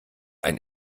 ein